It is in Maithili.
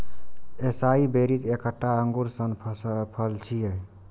एसाई बेरीज एकटा अंगूर सन फल छियै